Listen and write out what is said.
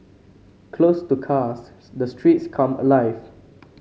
closed to cars the streets come alive